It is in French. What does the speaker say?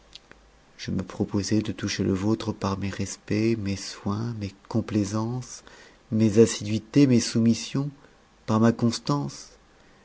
je me proposais de toucher le vôtre par mes respects mes soins mes complaisances mes assiduités mes soumissions par ma constance